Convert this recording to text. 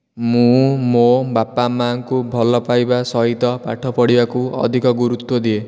ମୁଁ ମୋ ବାପା ମା' ଙ୍କୁ ଭଲ ପାଇବା ସହିତ ପାଠ ପଢିବାକୁ ଅଧିକ ଗୁରୁତ୍ୱ ଦିଏ